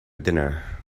dinner